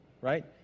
right